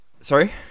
sorry